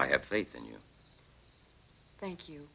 i have faith in you thank you